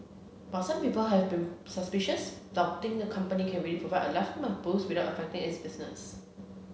but some people have been suspicious doubting the company can really provide a lifetime of booze without affecting its business